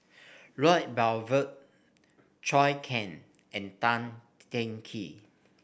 Lloyd Zhou Can and Tan Teng Kee